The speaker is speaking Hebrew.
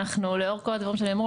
לאור כל הדברים שנאמרו,